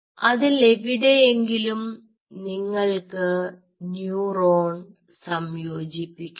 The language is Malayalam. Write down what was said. അതിൽ എവിടെയെങ്കിലും നിങ്ങൾക്ക് ന്യൂറോൺ സംയോജിപ്പിക്കണം